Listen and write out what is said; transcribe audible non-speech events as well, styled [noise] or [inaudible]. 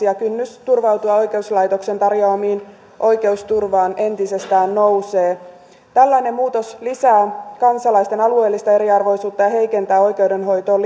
[unintelligible] ja kynnys turvautua oikeuslaitoksen tarjoamaan oikeusturvaan entisestään nousee tällainen muutos lisää kansalaisten alueellista eriarvoisuutta ja heikentää oikeudenhoitoon [unintelligible]